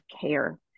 care